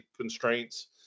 constraints